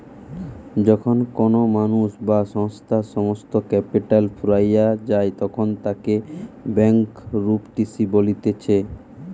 যখন কোনো মানুষ বা সংস্থার সমস্ত ক্যাপিটাল ফুরাইয়া যায়তখন তাকে ব্যাংকরূপটিসি বলতিছে